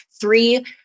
three